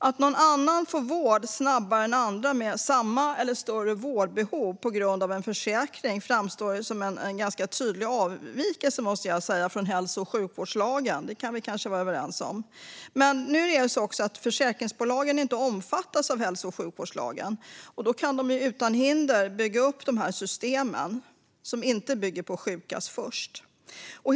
Att någon får vård snabbare än andra med samma eller större vårdbehov på grund av en försäkring framstår som en ganska tydlig avvikelse från hälso och sjukvårdslagen, måste jag säga. Det kan vi kanske vara överens om. Men nu är det också så att försäkringsbolagen inte omfattas av hälso och sjukvårdslagen, vilket gör att de utan hinder kan bygga upp dessa system, som inte bygger på principen att sjukast går först.